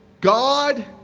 God